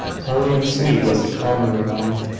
holy and sweet was the calm of her mind,